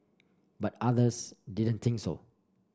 but others didn't think so